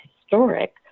historic